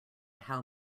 how